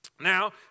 Now